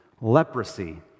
leprosy